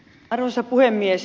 arvoisa puhemies